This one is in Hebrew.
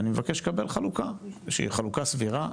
ואני מבקש לקבל חלוקה שהיא חלוקה סבירה.